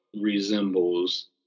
resembles